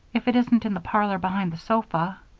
if it isn't in the parlor behind the sofa.